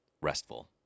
restful